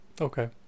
okay